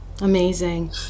Amazing